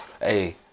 Hey